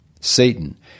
Satan